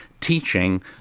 teaching